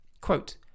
Quote